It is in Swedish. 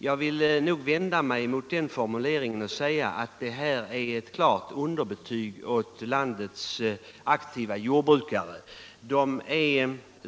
Jag vill vända mig mot den formuleringen och säga att det skulle innebära ett klart underbetyg åt landets jordbrukare om det vore på detta sätt.